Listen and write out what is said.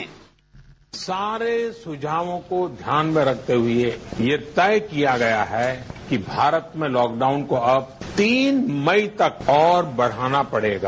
bite सारे सुझावों को ध्यान में रखते हुए ये तय किया गया है कि भारत में लॉकडाउन को अब तीन मई तक और बढ़ाना पड़ेगा